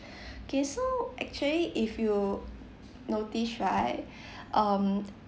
K so actually if you notice right um